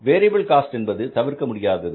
variable cost என்பது தவிர்க்க முடியாதது